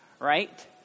right